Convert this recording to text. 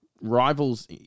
rivals